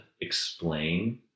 explain